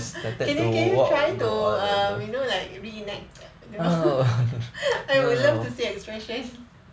can you can you try to err you know like reenact I would love to see your expression